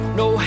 no